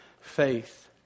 faith